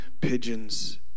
pigeons